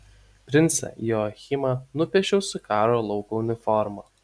princą joachimą nupiešiau su karo lauko uniforma